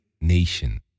nation